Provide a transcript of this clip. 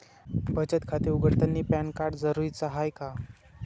बचत खाते उघडतानी पॅन कार्ड जरुरीच हाय का?